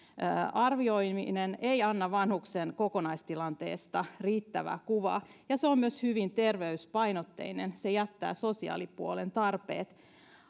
arvioiminen ei anna vanhuksen kokonaistilanteesta riittävää kuvaa ja se on myös hyvin terveyspainotteinen se jättää sosiaalipuolen tarpeet